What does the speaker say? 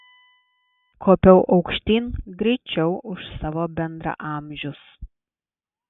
kopiau aukštyn greičiau už savo bendraamžius